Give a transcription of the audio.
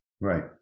Right